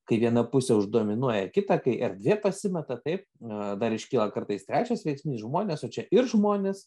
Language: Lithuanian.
kai viena pusė uždominuoja kitą kai erdvė pasimeta taip a dar iškyla kartais trečias veiksnys žmonės o čia ir žmonės